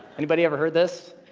anybody ever heard this?